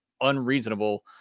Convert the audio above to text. unreasonable